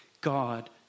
God